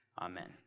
Amen